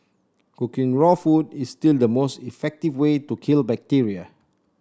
cooking raw food is still the most effective way to kill bacteria